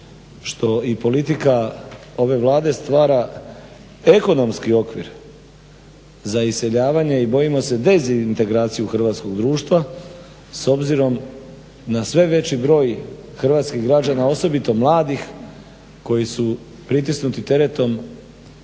što i politika ove Vlade stvara ekonomski okvir za iseljavanje i bojimo se dezintegracije hrvatskog društva s obzirom na sve veći broj hrvatskih građana, a osobito mladih koji su pritisnuti teretom